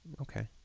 Okay